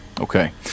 Okay